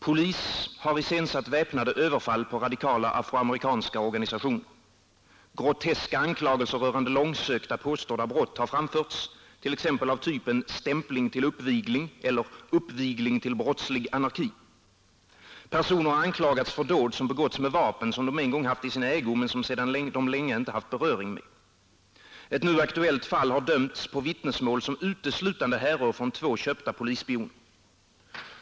Polis har iscensatt väpnade överfall på radikala afroamerikanska organisationer. Groteska anklagelser rörande långsökta, påstådda brott har framförts, t.ex. av typen ”stämpling till uppvigling” eller ”uppvigling till brottslig anarki”, Personer har anklagats för dåd som begåtts med vapen, som de en gång haft i sin ägo men sedan länge inte haft beröring med. Ett nu aktuellt fall har dömts på vittnesmål som uteslutande härrör från två köpta polisspioner.